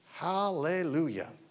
Hallelujah